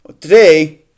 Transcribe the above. Today